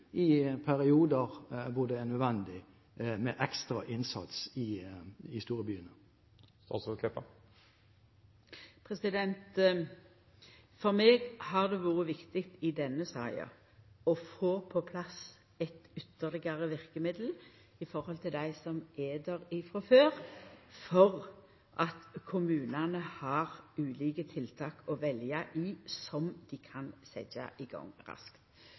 i perioder hvor det er nødvendig med ekstra innsats i de store byene? For meg har det i denne saka vore viktig å få på plass eit ytterlegare verkemiddel i tillegg til dei som er der frå før, for at kommunane skal ha ulike tiltak å velja i som dei kan setja i gang raskt.